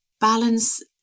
balance